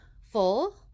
full